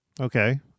Okay